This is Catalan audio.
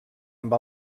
amb